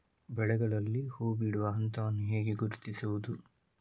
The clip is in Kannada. ಬೆಳೆಗಳಲ್ಲಿ ಹೂಬಿಡುವ ಹಂತವನ್ನು ಹೇಗೆ ಗುರುತಿಸುವುದು?